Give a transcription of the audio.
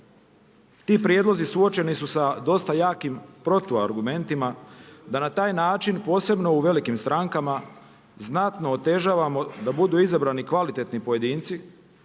ti prijedlozi suočeni su sa dosta jakim protu argumentima da na taj način posebno u velikim strankama znatno otežavamo da budu izabrani kvalitetni pojedinci